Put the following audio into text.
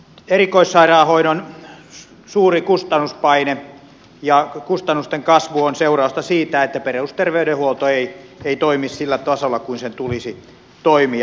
erikoissairaanhoidon suuri kustannuspaine ja kustannusten kasvu on seurausta siitä että perusterveydenhuolto ei toimi sillä tasolla kuin sen tulisi toimia